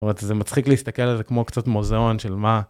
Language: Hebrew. זה מצחיק להסתכל על זה כמו קצת מוזיאון של מה.